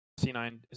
C9